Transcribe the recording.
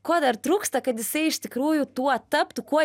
ko dar trūksta kad jisai iš tikrųjų tuo taptų kuo